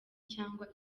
cyangwa